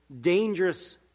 dangerous